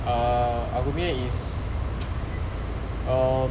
ah aku punya is um